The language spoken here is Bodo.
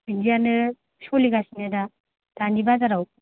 बिदियानो सलिगासिनो दा दानि बाजाराव